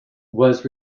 was